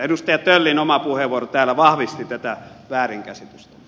edustaja töllin oma puheenvuoro täällä vahvisti tätä väärinkäsitystä